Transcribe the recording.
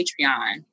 Patreon